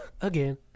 again